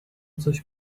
coś